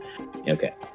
okay